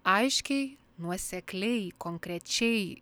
aiškiai nuosekliai konkrečiai